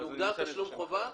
זה מוגדר "תשלום חובה"?